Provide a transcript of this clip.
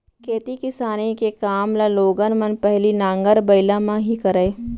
खेती किसानी के काम ल लोगन मन पहिली नांगर बइला म ही करय